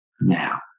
now